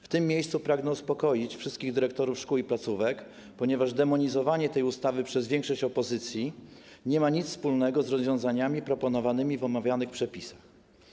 W tym miejscu pragnę uspokoić wszystkich dyrektorów szkół i placówek, ponieważ demonizowanie tej ustawy przez większość opozycji nie ma nic wspólnego z rozwiązaniami proponowanymi w omawianych przepisach.